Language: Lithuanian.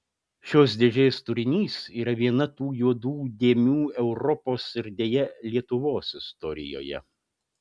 šios dėžės turinys yra viena tų juodų dėmių europos ir deja lietuvos istorijoje